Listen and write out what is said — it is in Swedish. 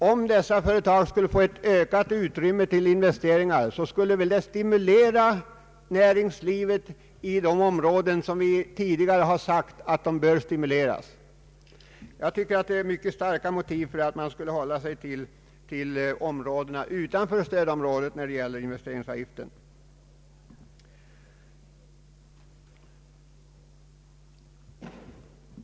Om dessa företag fick ett ökat utrymme för investeringar, skulle det väl stimulera näringslivet i de områden som vi tidigare har sagt bör stimuleras. Jag tycker det är mycket starka motiv för att man skulle hålla sig till områdena utanför stödområdet när det gäller ökningen av investeringsavgiften.